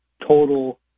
total